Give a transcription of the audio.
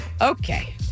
Okay